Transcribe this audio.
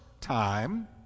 time